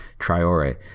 Triore